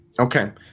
okay